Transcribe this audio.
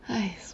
!hais!